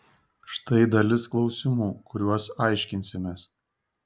štai dalis klausimų kuriuos aiškinsimės